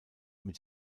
mit